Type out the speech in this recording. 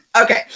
Okay